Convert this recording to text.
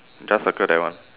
just circle that one